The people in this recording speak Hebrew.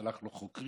שלח לו חוקרים,